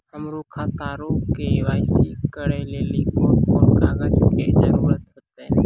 हमरो खाता रो के.वाई.सी करै लेली कोन कोन कागज के जरुरत होतै?